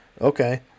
Okay